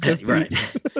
Right